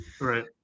Right